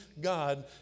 God